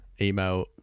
email